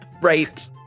Right